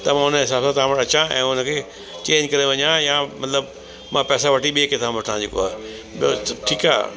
त मां हुन जे हिसाब सां तव्हां वटि अचा ऐं उन खे चेंज करे वञा या मतिलबु मां पैसा वठी ॿिए कंहिंखा वठा जेको आहे ठीकु आहे